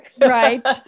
right